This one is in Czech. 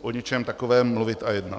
o něčem takovém mluvit a jednat.